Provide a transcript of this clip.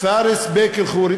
פארס בק אל ח'ורי,